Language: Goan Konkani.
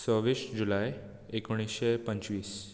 सव्वीस जुलय एकूणीशें पंचवीस